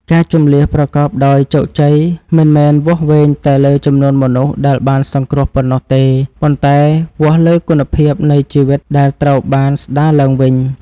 ការជម្លៀសប្រកបដោយជោគជ័យមិនមែនវាស់វែងតែលើចំនួនមនុស្សដែលបានសង្គ្រោះប៉ុណ្ណោះទេ ប៉ុន្តែវាស់លើគុណភាពនៃជីវិតដែលត្រូវបានស្តារឡើងវិញ។